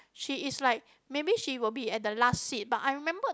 she is like maybe she will be at the last seat but I remembered